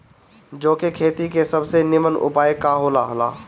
जौ के खेती के सबसे नीमन उपाय का हो ला?